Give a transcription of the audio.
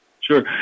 Sure